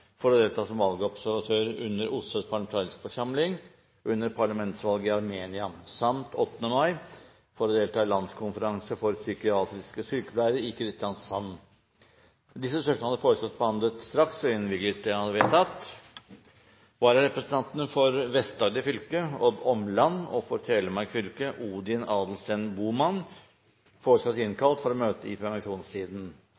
for OSSEs parlamentariske forsamling under parlamentsvalget i Armenia, samt 8. mai for å delta i Landskonferanse for psykiatriske sykepleiere i Kristiansand Etter forslag fra presidenten ble enstemmig besluttet: Søknadene behandles straks og innvilges. Følgende vararepresentanter innkalles for å møte i permisjonstiden: For Vest-Agder fylke: Odd Omland For Telemark fylke: Odin Adelsten